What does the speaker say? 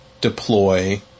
deploy